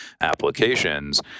applications